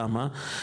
למה?